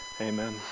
Amen